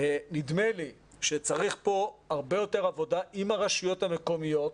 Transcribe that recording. נדמה לי שצריך פה הרבה יותר עבודה עם הרשויות המקומיות,